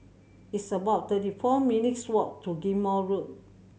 it's about thirty four minutes' walk to Ghim Moh Road